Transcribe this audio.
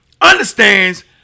understands